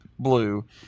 blue